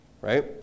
right